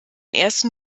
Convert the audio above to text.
ersten